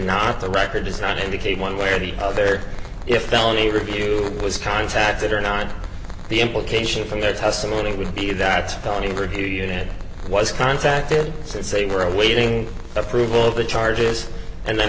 not the record does not indicate one way or the other if balogna review was contacted or not the implication from their testimony would be that the interview ned was contacted since they were awaiting approval of the charges and then